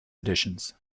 editions